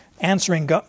answering